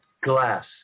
glass